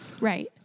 right